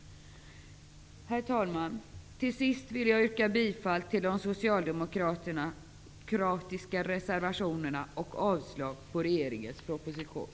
Herr talman! Till sist vill jag yrka bifall till de socialdemokratiska reservationerna och avslag på regeringens proposition.